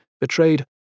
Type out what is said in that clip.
betrayed